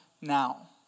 now